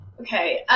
Okay